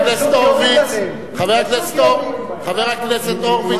חבר הכנסת אורבך,